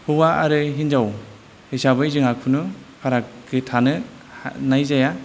हौवा आरो हिन्जाव हिसाबै जोंहा खुनु फारागथि थानो थानाय जाया